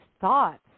thoughts